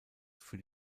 für